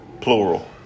plural